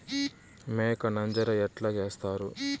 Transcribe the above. మేక నంజర ఎట్లా సేస్తారు?